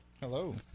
Hello